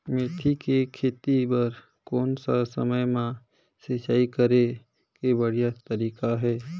मेथी के खेती बार कोन सा समय मां सिंचाई करे के बढ़िया तारीक हे?